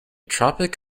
tropic